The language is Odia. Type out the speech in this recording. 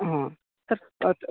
ହଁ